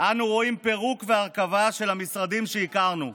אנו רואים פירוק והרכבה של המשרדים שהכרנו.